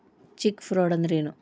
Check fraud ಅಂದ್ರ ಏನು?